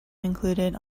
included